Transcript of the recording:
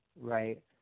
right